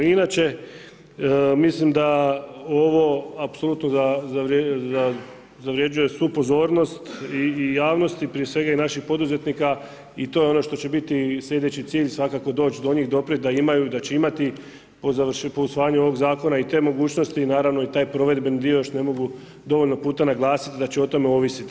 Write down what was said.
Inače, mislim da ovo apsolutno da zavrjeđuje svu pozornost i javnosti prije svega i naših poduzetnika i to je ono što će biti slijedeći cilj, svakako doć do njih, doprijeti, da će imati po usvajanju ovog zakona i te mogućnosti i naravno taj provedbeni dio što ne mogu dovoljno puta naglasiti da će o tome ovisiti.